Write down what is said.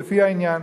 לפי העניין,